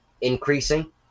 increasing